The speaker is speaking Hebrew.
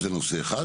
זה נושא אחד.